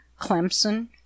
Clemson